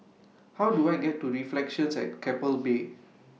How Do I get to Reflections At Keppel Bay